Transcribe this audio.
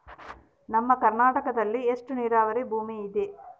ನಮ್ಮ ಕರ್ನಾಟಕದಲ್ಲಿ ಎಷ್ಟು ನೇರಾವರಿ ಭೂಮಿ ಇದೆ?